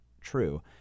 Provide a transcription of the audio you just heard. true